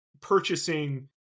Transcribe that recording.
purchasing